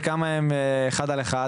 וכמה זה אחד על אחד?